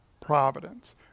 providence